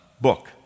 book